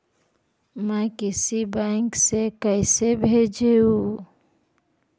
मैं किसी बैंक से कैसे भेजेऊ